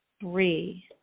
three